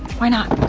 why not?